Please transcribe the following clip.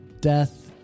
death